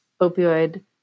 opioid